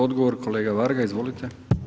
Odgovor kolega Varga, izvolite.